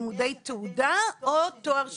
לימודי תעודה או תואר שני.